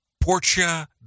Portia